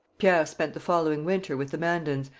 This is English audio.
pierre spent the following winter with the mandans,